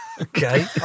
Okay